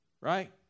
right